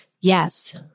yes